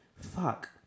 fuck